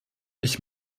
ich